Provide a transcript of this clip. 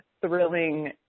thrilling